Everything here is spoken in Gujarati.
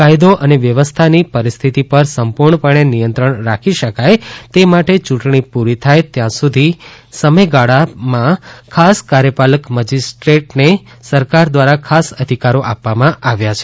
કાયદો અને વ્યવસ્થાની પરિસ્થિતિ પર સંપૂર્ણપણે નિયંત્રણ રાખી શકાય તે માટે ચુંટણી પુરી થાય ત્યાં સુધીના સમયગાળા સુધી ખાસ કાર્યપાલક મેજીસ્ટ્રેટને સરકાર દ્વારા ખાસ અધિકારો આપવામાં આવ્યા છે